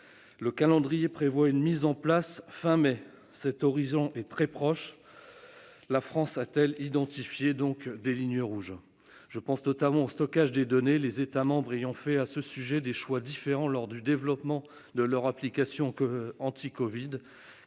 Le calendrier prévoit sa mise en oeuvre directe dès la fin du mois de mai, un horizon très proche. La France a-t-elle identifié des lignes rouges ? Je pense notamment au stockage des données, les États membres ayant fait à ce sujet des choix différents lors du développement de leur application anti-covid.